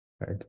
right